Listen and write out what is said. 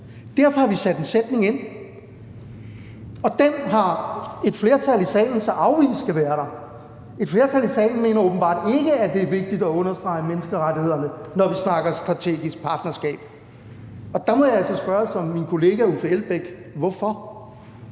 Derfor har vi sat en sætning ind, og den har et flertal i salen så afvist skal være der. Et flertal mener åbenbart ikke, at det er vigtigt at understrege menneskerettighederne, når vi snakker strategisk partnerskab. Og der må jeg altså spørge som min kollega Uffe Elbæk: Hvorfor?